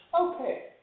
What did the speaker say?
okay